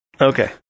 Okay